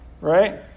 right